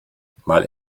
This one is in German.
mal